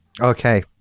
Okay